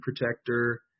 protector